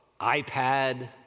iPad